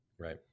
Right